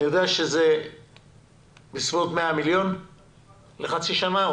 אני יודע שזה בסביבות 100 מיליון שקלים לחצי שנה.